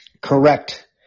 correct